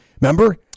Remember